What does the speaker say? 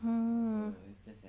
mm